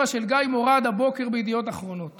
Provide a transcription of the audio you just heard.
של גיא מורד הבוקר בידיעות אחרונות